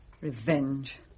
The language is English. Revenge